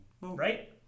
Right